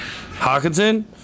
Hawkinson